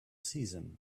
season